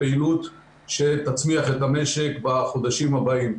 פעילות שתצמיח את המשק בחודשים הבאים,